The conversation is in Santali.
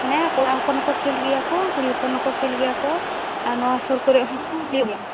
ᱢᱟᱱᱮ ᱠᱚᱲᱟ ᱦᱚᱯᱚᱱ ᱦᱚᱠᱚ ᱠᱷᱮᱞ ᱜᱮᱭᱟ ᱠᱚ ᱠᱩᱲᱤ ᱦᱚᱯᱚᱱ ᱦᱚᱠᱚ ᱠᱷᱮᱞ ᱜᱮᱭᱟ ᱠᱚ ᱟᱨ ᱱᱚᱶᱟ ᱥᱩᱨ ᱠᱚᱨᱮᱫ ᱦᱚᱸ ᱦᱩᱭᱩᱜ ᱜᱮᱭᱟ